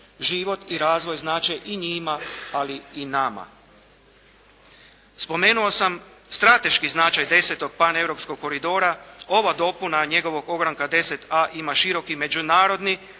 život i razvoj znače i njima ali i nama. Spomenuo sam strateški značaj 10. paneuropskog koridora. Ova dopuna njegovog ogranka 10A ima široki međunarodni